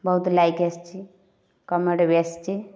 ବହୁତ ଲାଇକ ଆସିଛି କମେଣ୍ଟ ବି ଆସିଛି